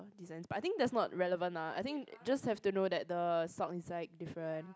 but I think that's not relevant lah I think just have to know that the sock inside different